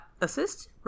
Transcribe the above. Assist